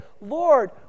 Lord